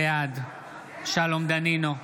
בעד שלום דנינו,